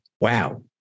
wow